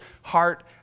heart